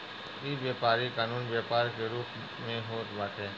इ व्यापारी कानूनी व्यापार के रूप में होत बाटे